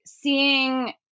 seeing